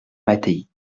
mattei